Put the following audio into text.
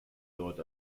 dort